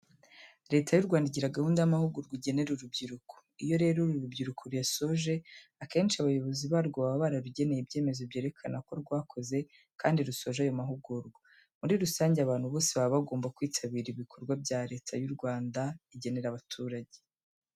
Leta y'u Rwanda igira gahunda y'amahugurwa iginera urubyiruko. Iyo rero uru rubyiruko ruyasoje, akenshi abayobozi barwo, baba bararugeneye ibyemezo byerekana ko rwakoze, kandi rusoje ayo mahugurwa. Muri rusange abantu bose baba bagomba kwitabira ibikorwa Leta y'u Rwanda igenera abaturage.